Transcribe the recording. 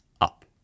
up